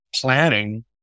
planning